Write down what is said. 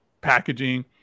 packaging